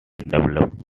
developed